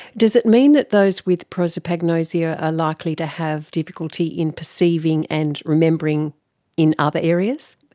does it mean that those with prosopagnosia are likely to have difficulty in perceiving and remembering in other areas?